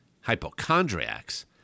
hypochondriacs